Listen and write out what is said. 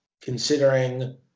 considering